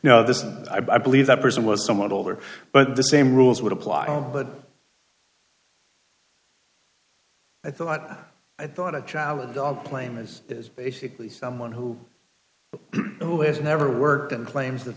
know this and i believe that person was somewhat older but the same rules would apply i thought i thought a challenge dog claim is is basically someone who who has never worked in claims